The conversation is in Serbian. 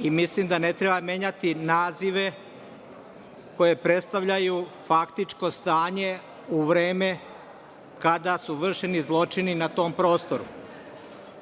i mislim da ne treba menjati nazive koji predstavljaju faktičko stanje u vreme kada su vršeni zločini na tom prostoru. Takođe,